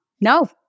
no